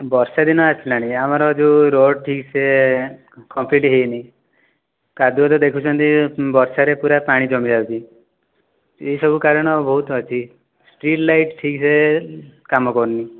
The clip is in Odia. ବର୍ଷା ଦିନ ଆସିଲାଣି ଆମର ଯେଉଁ ରୋଡ଼ ଠିକ ସେ କଂକ୍ରିଟ ହୋଇନି କାଦୁଅ ତ ଦେଖୁଛନ୍ତି ବର୍ଷାରେ ପୁରା ପାଣି ଜମିଯାଉଛି ଏହିସବୁ କାରଣ ବହୁତ ଅଛି ଷ୍ଟ୍ରିଟ୍ ଲାଇଟ୍ ଠିକରେ କାମ କରୁନି